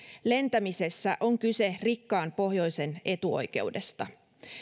lentämisessä on kyse rikkaan pohjoisen etuoikeudesta